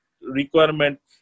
Requirement